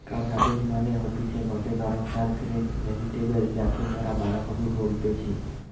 cabbage মানে হতিছে গটে ধরণকার গ্রিন ভেজিটেবল যাকে মরা বাঁধাকপি বলতেছি